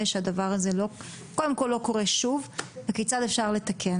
שהדבר הזה קודם כל לא קורה שוב וכיצד אפשר לתקן.